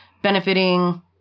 Benefiting